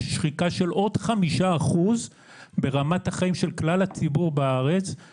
זאת שחיקה של עוד 5% ברמת החיים של כלל הציבור בארץ,